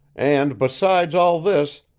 and besides all this,